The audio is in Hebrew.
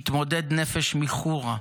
מתמודד נפש מחורה,